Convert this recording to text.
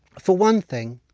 for one thing,